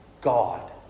God